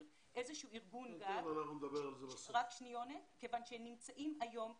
איזשהו ארגון גג כיוון שנמצאים היום ארגונים,